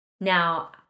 Now